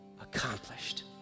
accomplished